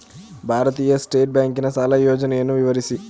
ಭಾರತೀಯ ಸ್ಟೇಟ್ ಬ್ಯಾಂಕಿನ ಸಾಲ ಯೋಜನೆಯನ್ನು ವಿವರಿಸಿ?